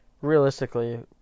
realistically